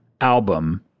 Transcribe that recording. album